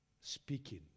speaking